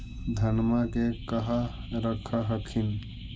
धनमा के कहा रख हखिन?